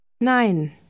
Nein